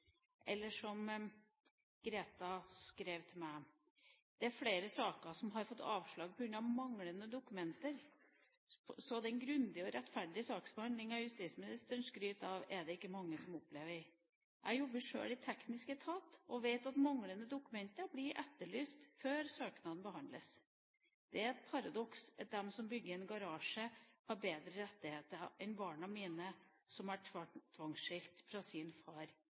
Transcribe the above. Eller som Greta skrev til meg: «Jeg vet om flere saker der de har fått avslag pga manglende dokumenter, så den grundige og rettferdige saksbehandlingen justisministeren skryter av er det mange som ikke har opplevd. Jeg jobber på teknisk etat selv, og vet at manglende dokumenter blir etterlyst før søknadene behandles. Det er et paradoks at de som ønsker å bygge en garasje har bedre rettigheter enn barna mine som har vært tvangsskilt fra faren sin